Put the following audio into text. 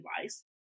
device